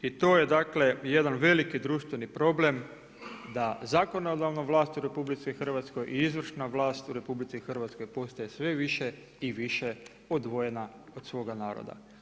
I to je dakle, jedan veliki društveni problem, da zakonodavna vlast u RH i izvršna vlast u RH, postaje sve više i više odvojena od svoga naroda.